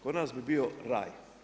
Kod nas bi bio raj.